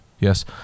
yes